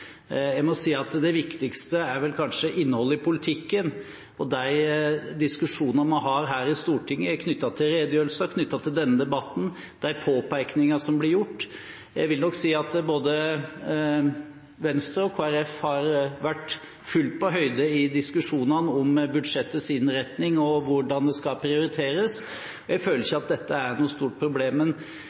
Jeg må si at det viktigste er vel kanskje innholdet i politikken og de diskusjonene vi har her i Stortinget knyttet til redegjørelser, knyttet til denne debatten, og de påpekninger som blir gjort. Jeg vil nok si at både Venstre og Kristelig Folkeparti har vært fullt på høyde i diskusjonene om budsjettets innretning og hvordan det skal prioriteres, og jeg føler ikke at dette er noe stort problem.